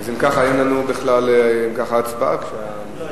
אם כך, אין לנו בכלל הצבעה, לא.